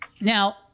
now